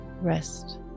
rest